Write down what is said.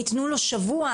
ייתנו לו שבוע,